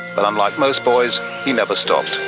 but unlike most boys, he never stopped.